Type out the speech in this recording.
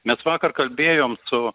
mes vakar kalbėjom su